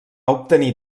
obtenir